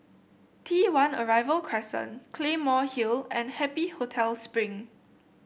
T One Arrival Crescent Claymore Hill and Happy Hotel Spring